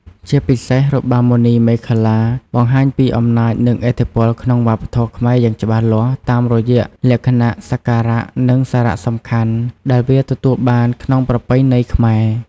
ជាពិសេសរបាំមណីមេខលា បង្ហាញពីអំណាចនិងឥទ្ធិពលក្នុងវប្បធម៌ខ្មែរយ៉ាងច្បាស់លាស់តាមរយៈលក្ខណៈសក្ការៈ និងសារៈសំខាន់ដែលវាទទួលបានក្នុងប្រពៃណីខ្មែរ។